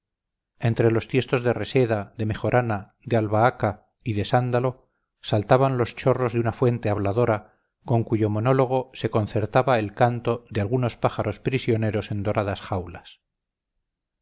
entre los tiestos de reseda de mejorana de albahaca y de sándalo saltaban los chorros de una fuente habladora con cuyo monólogo se concertaba el canto de algunos pájaros prisioneros en doradas jaulas